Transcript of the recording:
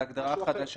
זו הגדרה חדשה